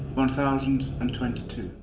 one thousand and twenty two.